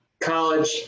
college